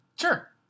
Sure